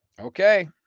okay